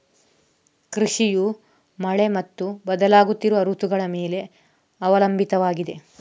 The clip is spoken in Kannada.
ಕೃಷಿಯು ಮಳೆ ಮತ್ತು ಬದಲಾಗುತ್ತಿರುವ ಋತುಗಳ ಮೇಲೆ ಅವಲಂಬಿತವಾಗಿದೆ